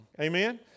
Amen